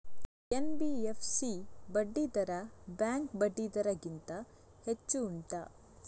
NBFC ಬಡ್ಡಿ ದರ bank ಬಡ್ಡಿ ದರ ಗಿಂತ ಹೆಚ್ಚು ಉಂಟಾ